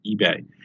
eBay